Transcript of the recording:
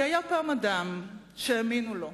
כי היה פעם אדם שהאמינו לו,